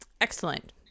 Excellent